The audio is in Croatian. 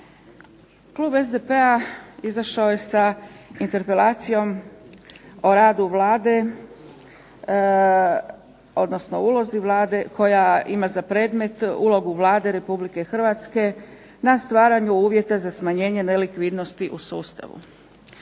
Klub SDP-a izašao je sa interpelacijom o radu Vlade, odnosno ulozi Vlade koja ima za predmet ulogu Vlade RH na stvaranju uvjeta za smanjenje nelikvidnosti u sustavu.